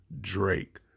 Drake